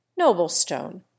Noblestone